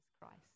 Christ